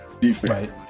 defense